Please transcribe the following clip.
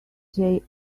say